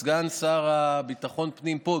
סגן השר לביטחון פנים פה?